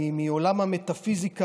מעולם המטפיזיקה,